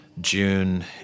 June